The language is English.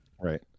Right